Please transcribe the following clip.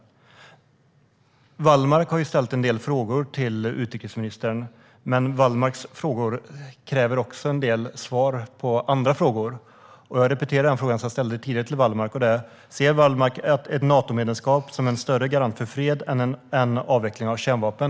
Wallmark har ställt en del frågor till utrikesministern, men Wallmarks frågor kräver också en del svar på andra frågor. Jag repeterar den fråga jag tidigare ställde till Wallmark. Ser Wallmark ett Natomedlemskap som en större garant för fred än avveckling av kärnvapen?